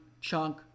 chunk